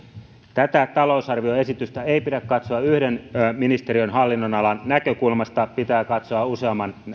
tätä talousarvioesitystä ei pidä katsoa yhden ministeriön hallinnonalan näkökulmasta pitää katsoa useamman